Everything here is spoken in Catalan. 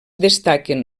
destaquen